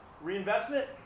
reinvestment